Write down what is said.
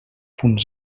punt